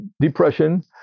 depression